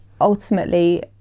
ultimately